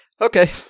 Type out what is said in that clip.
Okay